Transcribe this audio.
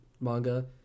manga